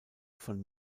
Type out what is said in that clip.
von